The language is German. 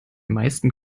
meisten